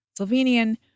Slovenian